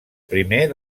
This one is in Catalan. primer